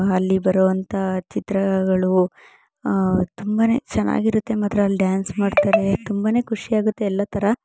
ಅಲ್ಲಿ ಬರೋವಂಥ ಚಿತ್ರಗಳು ತುಂಬನೇ ಚೆನ್ನಾಗಿರುತ್ತೆ ಮಾತ್ರ ಅಲ್ಲಿ ಡ್ಯಾನ್ಸ್ ಮಾಡ್ತಾರೆ ತುಂಬನೇ ಖುಷಿಯಾಗುತ್ತೆ ಎಲ್ಲ ಥರ